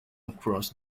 across